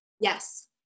Yes